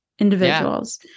individuals